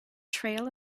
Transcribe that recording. trail